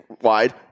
wide